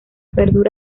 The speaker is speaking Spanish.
perdura